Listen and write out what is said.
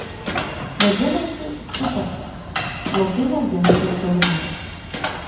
vadinasi sutarta slopino ginčą šarūnas